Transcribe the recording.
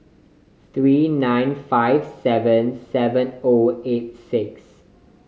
three nine five seven seven O eight six